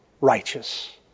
righteous